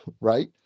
Right